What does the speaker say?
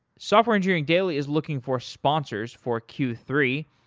software engineering daily is looking for sponsors for q three.